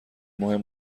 مهم